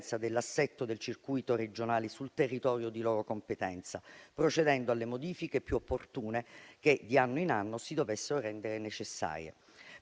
dell'assetto del circuito regionale sul territorio di loro competenza, procedendo alle modifiche più opportune che di anno in anno si dovessero rendere necessarie.